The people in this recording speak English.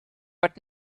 but